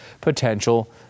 potential